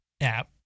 app